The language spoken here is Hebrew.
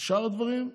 שאר הדברים,